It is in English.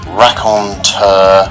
raconteur